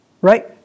right